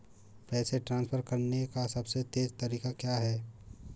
पैसे ट्रांसफर करने का सबसे तेज़ तरीका क्या है?